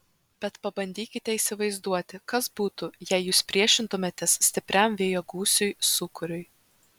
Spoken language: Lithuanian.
bet pabandykite įsivaizduoti kas būtų jei jūs priešintumėtės stipriam vėjo gūsiui sūkuriui